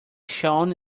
shone